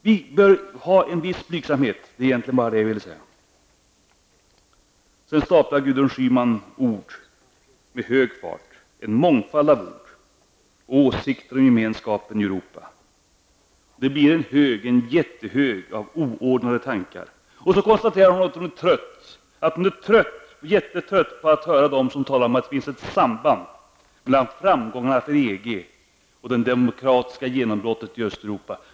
Vi bör ha en viss blygsamhet -- det är egentligen bara det jag ville säga. Gudrun Schyman staplar ord med hög fart, en mångfald av ord och åsikter om gemenskapen i Europa. Det blir en jättehög av oordnade tankar. Och så konstaterar hon att hon är trött, jättetrött, på att höra dem som talar om att det finns ett samband mellan framgångarna för EG och det demokratiska genombrottet i Östeuropa.